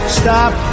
stop